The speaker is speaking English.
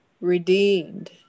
redeemed